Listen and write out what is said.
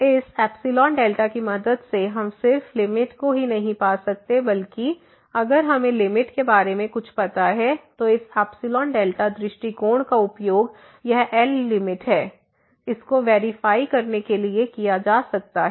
इसεδ की मदद सेहम सिर्फ लिमिट को ही नहीं पा सकते बल्कि अगर हमें लिमिट के बारे में कुछ पता है तो इस ϵδ दृष्टिकोण का उपयोग यह L लिमिट है इसको वेरीफाई करने के लिए किया जा सकता है